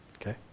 Okay